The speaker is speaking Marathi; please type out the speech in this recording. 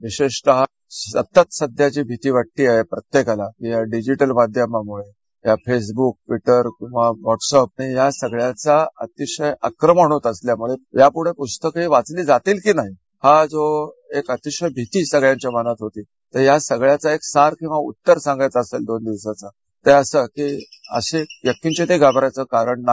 विशेषतः सतत सध्या जी भीती वाटतीये प्रत्येकाला या डिजिटल माध्यमामुळ या फेसब्क ट्विट्टर कींवा वॉट्सऍप या सगळ्याचा अतिशय आक्रमण होत असल्याम्ळं यापुढे प्स्तकं वाचली जातील की नाही ही जी भीती सगळ्यांच्या मनात होती तर या सगळ्याचा सार किंवा उत्तर सांगायचा असेल दोन दिवसाचं ते असं की यत्किंचीत ही घाबरायचं कारण नाही